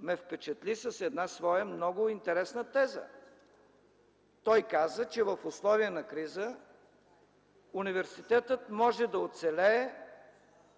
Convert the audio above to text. ме впечатли с една своя много интересна теза. Той каза, че в условия на криза университетът може да оцелее